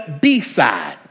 B-side